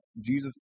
Jesus